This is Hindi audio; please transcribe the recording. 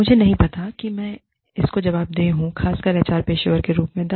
मुझे नहीं पताकि मैं इसको जवाब दे हूं खासकर एचआर पेशेवर के रूप में हूं